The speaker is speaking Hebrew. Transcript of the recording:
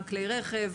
גם כלי רכב,